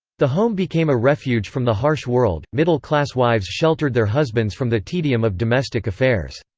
the home became a refuge from the harsh world, middle-class wives sheltered their husbands from the tedium of domestic affairs.